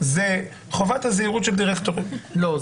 זה חובת הזהירות של דירקטורים --- לא,